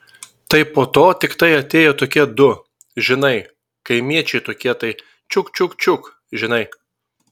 tai po to tiktai atėjo tokie du žinai kaimiečiai tokie tai čiuk čiuk čiuk žinai